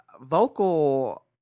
vocal